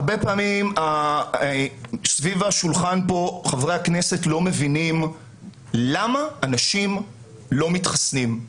הרבה פעמים סביב השולחן כאן חברי הכנסת לא מבינים למה אנשים לא מתחסנים.